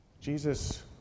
Jesus